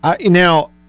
Now